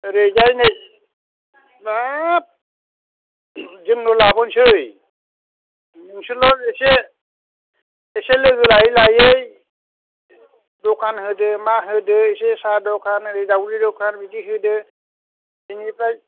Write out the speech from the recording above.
ओरैजाय नै हाब जोंनो लाबोसै नोंसोरल' एसे एसे लोगो लायै लायै दखान होदो मा होदो एसे साहा दखान ओरै दावदै दखान बिदि होदो बिनिफ्राय